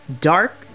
dark